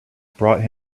brought